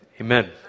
amen